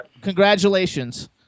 Congratulations